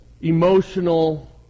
emotional